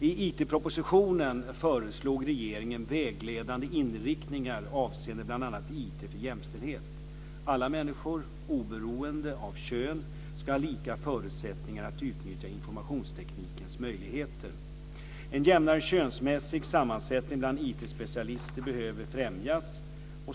I IT-propositionen föreslog regeringen vägledande inriktningar avseende bl.a. IT för jämställdhet. Alla människor, oberoende av kön, ska ha lika förutsättningar att utnyttja informationsteknikens möjligheter. specialister behöver främjas.